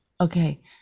okay